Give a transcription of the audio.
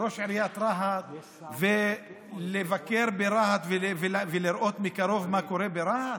ראש עיריית רהט ולבקר ברהט ולראות מקרוב מה קורה ברהט?